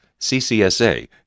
CCSA